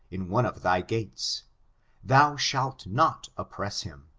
in one of thy gates thou shalt not oppress him